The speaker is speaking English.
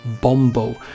Bombo